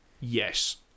yes